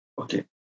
Okay